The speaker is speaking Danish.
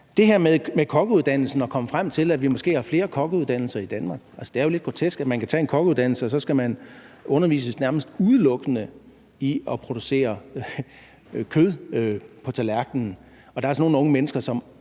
det her med kokkeuddannelsen og det at komme frem til, at vi måske har flere kokkeuddannelser i Danmark, er det jo lidt grotesk, at man kan tage en kokkeuddannelse, og at man så nærmest udelukkende skal undervises i at producere kød på tallerkenen, og der er altså nogle unge mennesker,